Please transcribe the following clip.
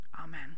Amen